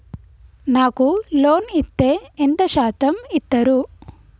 నాకు లోన్ ఇత్తే ఎంత శాతం ఇత్తరు?